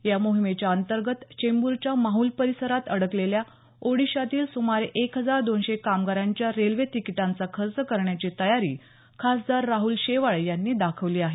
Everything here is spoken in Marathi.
या मोहिमेच्या अंतर्गत चेंबूरच्या माहुल परिसरात अडकलेल्या ओडीशातील सुमारे एक हजार दोनशे कामगारांच्या रेल्वे तिकीटांचा खर्च करण्याची तयारी खासदार राहुल शेवाळे यांनी दाखविली आहे